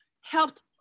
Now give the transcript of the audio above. helped